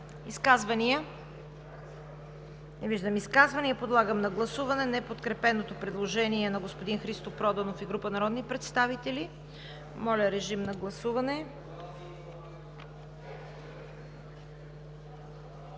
Изказвания? Не виждам. Подлагам на гласуване неподкрепеното предложение на господин Христо Проданов и група народни представители. Гласували